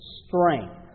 strength